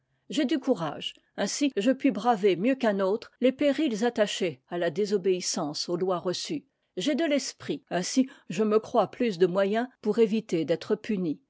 j'ai du courage ainsi je puis braver mieux qu'un autre les périls attachés à la désobéissance aux lois reçues j'ai de l'es prit ainsi je me crois plus de moyens pour évi ter d'être puni